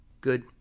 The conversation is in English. good